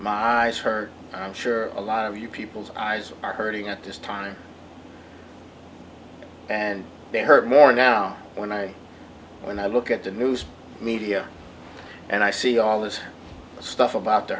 my eyes hurt i'm sure a lot of you people's eyes are hurting at this time and they hurt more now when i when i look at the news media and i see all this stuff about the